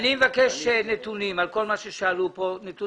אני מבקש נתונים על כל מה ששאלו כאן החברים